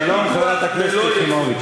אין פיתוח, שלום, חברת הכנסת יחימוביץ.